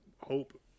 hope